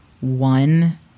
one